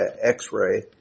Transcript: x-ray